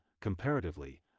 comparatively